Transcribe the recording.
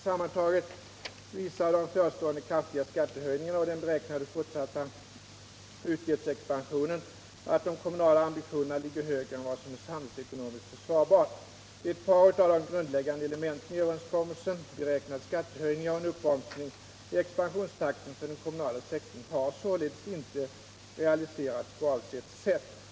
Sammantaget visar de förestående kraftiga skattehöjningarna och den beräknade fortsatta utgiftsexpansionen att de kommunala ambitionerna ligger högre än vad som är samhällsekonomiskt försvarbart. Ett par av de grundläggande elementen i överenskommelsen — beräknade skattehöjningar och en uppbromsning i expansionstakten för den kommunala sektorn — har således inte realiserats på avsett sätt.